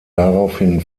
daraufhin